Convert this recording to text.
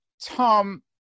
Tom